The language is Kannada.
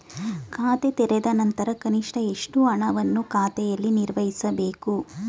ಖಾತೆ ತೆರೆದ ನಂತರ ಕನಿಷ್ಠ ಎಷ್ಟು ಹಣವನ್ನು ಖಾತೆಯಲ್ಲಿ ನಿರ್ವಹಿಸಬೇಕು?